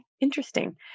interesting